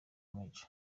maj